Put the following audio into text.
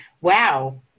Wow